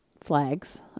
Flags